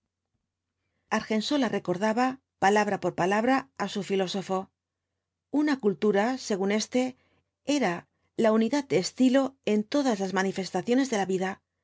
argensola recordaba palabra por palabra á su filósofo una cultura según éste era la unidad de estilo en todas las manifestaciones de la vida